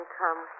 come